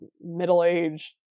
middle-aged